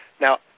Now